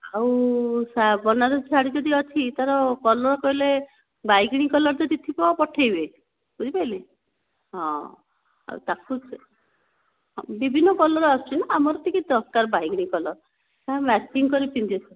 ଆଉ ବନାରସୀ ଶାଢ଼ୀ ଯଦି ଅଛି ତାର କଲର କହିଲେ ବାଇଗେଣି କଲର ଯଦି ଥିବ ପଠାଇବେ ବୁଝି ପାରିଲେ ହଁ ଆଉ ତାକୁ ବିଭିନ୍ନ କଲର ଆସୁଛିନା ଆମର ଟିକେ ଦରକାର ବାଇଗେଣି କଲର ମେଚିଂ କରିକି ପିନ୍ଧିବ